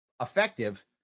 effective